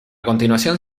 continuación